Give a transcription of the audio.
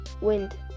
Wind